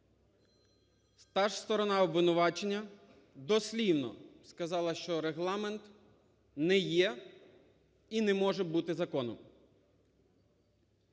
та ж сторона обвинувачення дослівно сказала, що Регламент не є і не може бути законом.